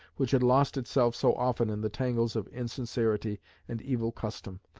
which had lost itself so often in the tangles of insincerity and evil custom,